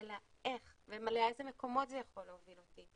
אלא איך ולאיזה מקומות זה יכול להוביל אותי,